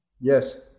Yes